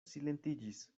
silentiĝis